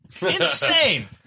insane